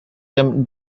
them